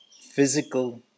physical